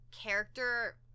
character